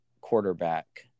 quarterback